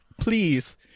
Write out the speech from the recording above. please